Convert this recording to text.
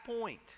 point